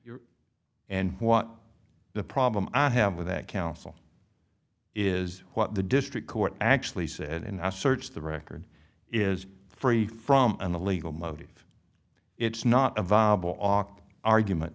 and what the problem i have with that council is what the district court actually said and i searched the record is free from a legal motive it's not a viable oct argument